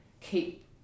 keep